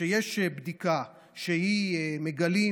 שיש בדיקה שמגלים,